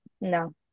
No